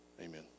amen